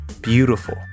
beautiful